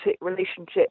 relationship